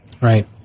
Right